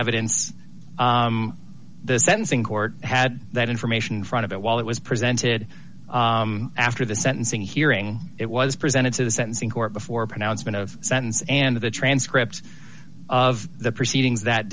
evidence the sentencing court had that information front of it while it was presented after the sentencing hearing it was presented to the sentencing court before a pronouncement of sentence and the transcript of the proceedings that